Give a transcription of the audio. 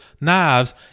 knives